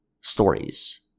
stories